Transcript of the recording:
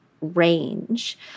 range